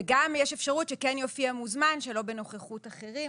וגם יש אפשרות שכן יופיע מוזמן שלא בנוכחות אחרים,